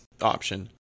option